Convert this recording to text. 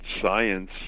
science